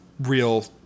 real